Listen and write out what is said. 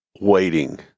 waiting